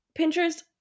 Pinterest